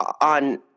on